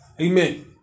Amen